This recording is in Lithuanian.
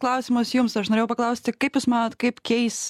klausimas jums aš norėjau paklausti kaip jūs manot kaip keis